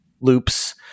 loops